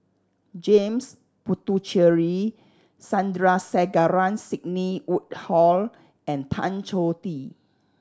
James Puthucheary Sandrasegaran Sidney Woodhull and Tan Choh Tee